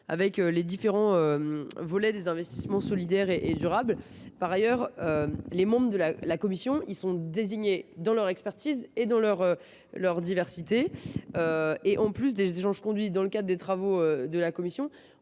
avec les différents volets des investissements solidaires et durables. Par ailleurs, les membres de cette commission sont désignés pour leur expertise et leur diversité. Outre les échanges conduits dans le cadre des travaux de la commission,